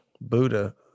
Buddha